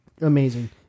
amazing